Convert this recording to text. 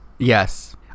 Yes